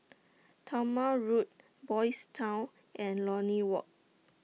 Talma Road Boys' Town and Lornie Walk